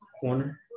Corner